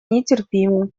нетерпима